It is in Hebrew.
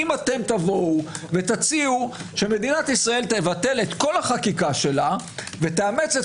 אם תציעו שמדינת ישראל תבטל את כל החקיקה שלה ותאמץ את